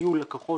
שהיו לקוחות